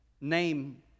name